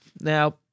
Now